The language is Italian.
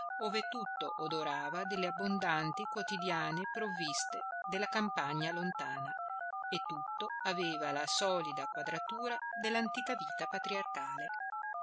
ove tutto odorava delle abbondanti quotidiane provviste della campagna lontana e tutto aveva la solida quadratura dell'antica vita patriarcale